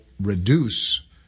reduce